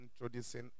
introducing